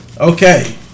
Okay